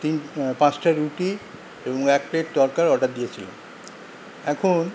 তিন পাঁচটা রুটি এবং এক প্লেট তড়কার অর্ডার দিয়েছিলাম এখন